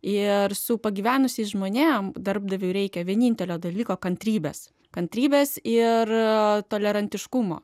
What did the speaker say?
ir su pagyvenusiais žmonėms darbdaviui reikia vienintelio dalyko kantrybės kantrybės ir tolerantiškumo